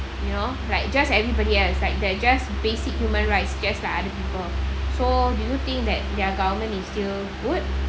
you know like just everybody else like there are just basic human rights guess like other people so do you think that their government is still good